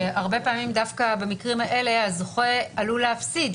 זה שהרבה פעמים דווקא במקרים האלה הזוכה עלול להפסיד,